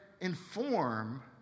inform